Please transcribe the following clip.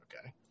Okay